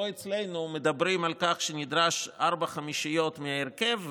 פה אצלנו מדברים על כך שנדרשות ארבע חמישיות מההרכב,